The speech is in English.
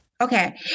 Okay